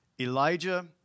Elijah